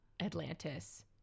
Atlantis